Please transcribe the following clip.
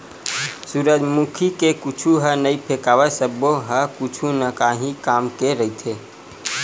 सूरजमुखी के कुछु ह नइ फेकावय सब्बो ह कुछु न काही काम के रहिथे